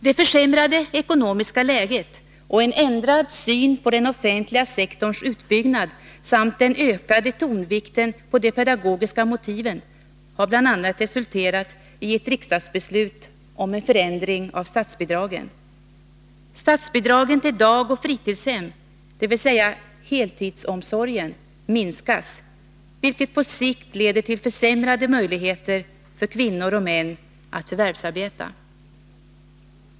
Det försämrade ekonomiska läget och en ändrad syn på den offentliga sektorns utbyggnad samt den ökade tonvikten på de pedagogiska motiven har bl.a. resulterat i ett riksdagsbeslut om en förändring av statsbidragen. Statsbidragen till dagoch fritidshem — dvs. heltidsomsorgen — minskas, vilket på sikt leder till försämrade möjligheter för kvinnor och män att förvärvsarbeta.